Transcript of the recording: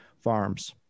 farms